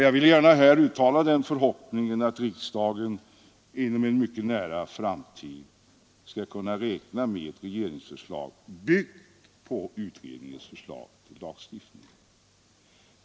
Jag vill gärna här uttala den förhoppningen att riksdagen inom en mycket nära framtid skall kunna räkna med ett regeringsförslag byggt på utredningens förslag till lagstiftning.